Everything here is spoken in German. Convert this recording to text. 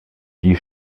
die